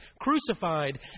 crucified